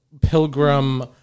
pilgrim